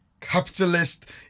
capitalist